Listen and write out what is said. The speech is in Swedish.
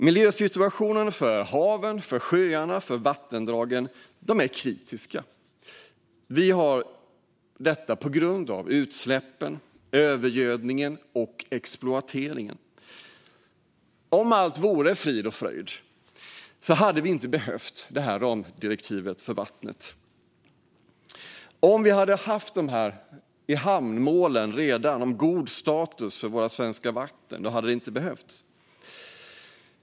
Miljösituationen för haven, sjöarna och vattendragen är kritisk på grund av utsläppen, övergödningen och exploateringen. Om allt vore frid och fröjd hade vi inte behövt ramdirektivet för vattnet. Om vi redan hade kommit i hamn med målen om god status för våra svenska vatten hade det inte behövts.